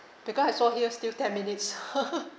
because I saw here still ten minutes